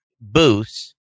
booths